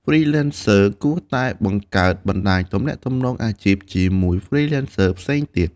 Freelancers គួរតែបង្កើតបណ្តាញទំនាក់ទំនងអាជីពជាមួយ Freelancers ផ្សេងទៀត។